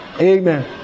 Amen